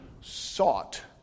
sought